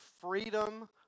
freedom